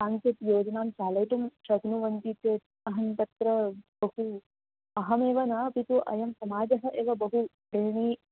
काञ्चित् योजनां चालयितुं शक्नुवन्ति चेत् अहं तत्र इतोपि अहमेव न अपि तु अयं समाजः एव बहु प्रेमी